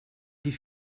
die